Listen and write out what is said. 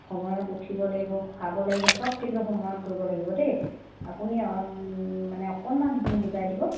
সময়ত উঠিব লাগিব খোৱাব লাগিব চব কিন্তু সময়ত কৰিব লাগিব দেই আপুনি মানে অকণমান সেইখিনি বুজাই দিব